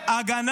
אני